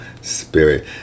spirit